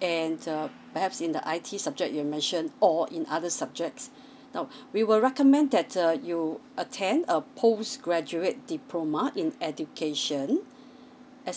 and err perhaps in the I_T subject you mentioned or in other subjects now we will recommend that's err you attend a post graduate diploma in education as